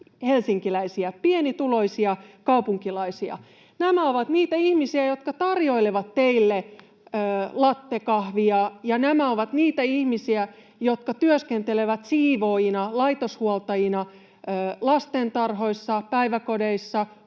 helsinkiläisiä pienituloisia kaupunkilaisia. Nämä ovat niitä ihmisiä, jotka tarjoilevat teille lattekahvia, ja nämä ovat niitä ihmisiä, jotka työskentelevät siivoojina, laitoshuoltajina, lastentarhoissa, päiväkodeissa,